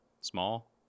small